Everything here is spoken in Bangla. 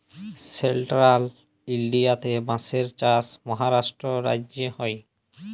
সেলট্রাল ইলডিয়াতে বাঁশের চাষ মহারাষ্ট্র রাজ্যে হ্যয়